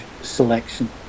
selection